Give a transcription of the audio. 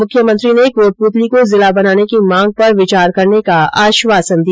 मुख्यमंत्री ने कोटपूतली को जिला बनाने की मांग पर विचार करने का आश्वासन दिया